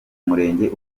murenge